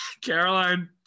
Caroline